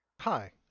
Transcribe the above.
Hi